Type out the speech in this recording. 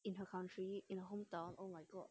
in her country in her hometown oh my god